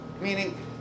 Meaning